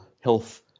health